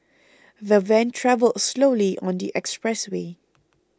the van travelled slowly on the expressway